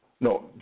no